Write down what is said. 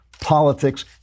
Politics